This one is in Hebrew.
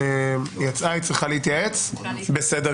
אין ספור הצעות שאנחנו הצענו,